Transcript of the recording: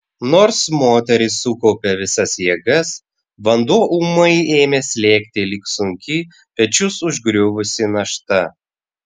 nors moteris sukaupė visas jėgas vanduo ūmai ėmė slėgti lyg sunki pečius užgriuvusi našta